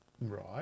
Right